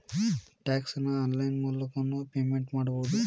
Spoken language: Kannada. ಟ್ಯಾಕ್ಸ್ ನ ಆನ್ಲೈನ್ ಮೂಲಕನೂ ಪೇಮೆಂಟ್ ಮಾಡಬೌದು